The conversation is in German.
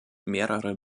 mehrere